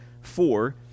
four